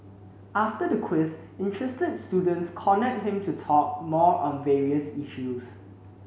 after the quiz interested students cornered him to talk more on various issues